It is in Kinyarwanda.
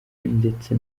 ndetse